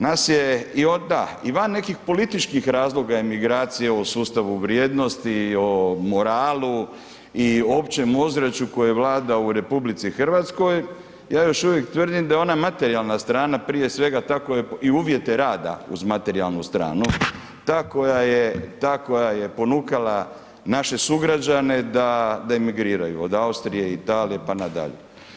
Nas je i da i van nekih političkih razloga emigracije u sustavu vrijednosti o moralu i općem ozračuju koje vlada u RH ja još uvijek tvrdim da ona materijalna strana prije svega, ta koja je, i uvjete rada uz materijalnu stranu, ta koja je, ta koja je ponukala naše sugrađane da emigriraju, od Austrije, Italije, pa nadalje.